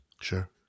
sure